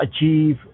achieve